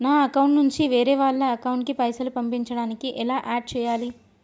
నా అకౌంట్ నుంచి వేరే వాళ్ల అకౌంట్ కి పైసలు పంపించడానికి ఎలా ఆడ్ చేయాలి?